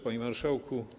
Panie Marszałku!